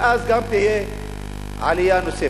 ואז תהיה גם עלייה נוספת,